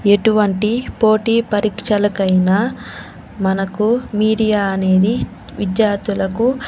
ఎటువంటి పోటీ పరీక్షలకైనా మనకు మీడియా అనేది విద్యార్థులకు